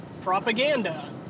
propaganda